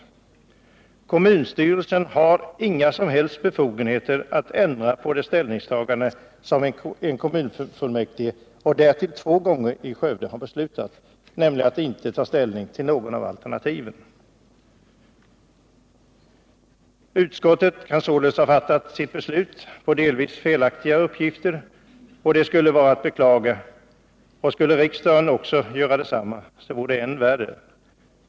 Kommunstyrelsen hade inga som helst befogenheter att ändra på det ställningstagande som kommunfullmäktige i Skövde, därtill två gånger, beslutat, nämligen att inte ta ställning till något av alternativen. Utskottet kan således ha fattat sitt beslut på delvis felaktiga uppgifter, och detta skulle vara att beklaga. Skulle också riksdagen göra detsamma, så vore det än värre.